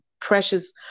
precious